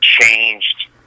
changed